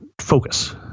focus